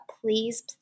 please